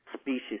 Species